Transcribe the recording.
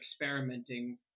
experimenting